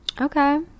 Okay